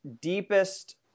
deepest